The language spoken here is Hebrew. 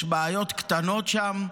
יש בעיות קטנות שם,